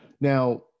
now